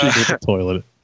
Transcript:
toilet